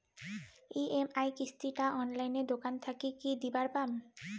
EMI কিস্তি টা অনলাইনে দোকান থাকি কি দিবার পাম?